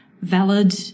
valid